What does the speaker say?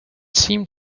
seemed